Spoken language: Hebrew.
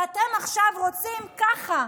ואתם עכשיו רוצים ככה,